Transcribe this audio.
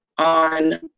on